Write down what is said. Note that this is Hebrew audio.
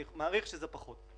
אני מעריך שזה פחות.